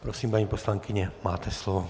Prosím, paní poslankyně, máte slovo.